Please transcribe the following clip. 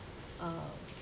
uh